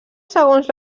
segons